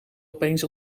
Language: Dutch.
opeens